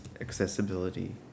accessibility